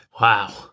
Wow